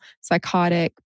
psychotic